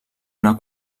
una